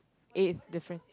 a different